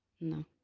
no